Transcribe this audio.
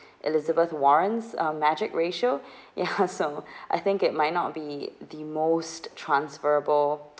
elizabeth warren's um magic ratio ya so I think it might not be the most transferable